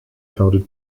founded